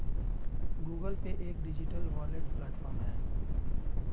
Google Pay एक digital wallet platform है